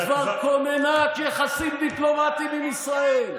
כבר כוננה יחסים דיפלומטיים עם ישראל.